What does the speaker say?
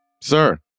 Sir